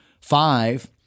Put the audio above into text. five